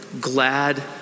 glad